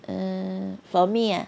err for me ah